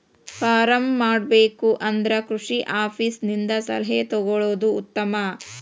farm ಮಾಡಬೇಕು ಅಂದ್ರ ಕೃಷಿ ಆಪೇಸ್ ದಿಂದ ಸಲಹೆ ತೊಗೊಳುದು ಉತ್ತಮ